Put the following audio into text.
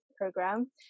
program